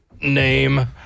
name